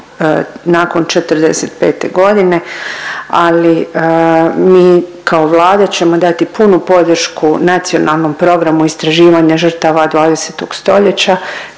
nakon '45.g., ali mi kao Vlada ćemo dati punu podršku Nacionalnom programu istraživanja žrtava 20. stoljeća.